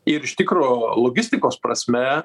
ir iš tikro logistikos prasme